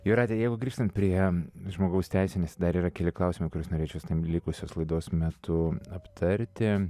jūrate jeigu grįžtant prie žmogaus teisėmis dar yra keli klausimai kuriuos norėčiau su tavim likusios laidos metu aptarti